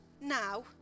now